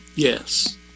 Yes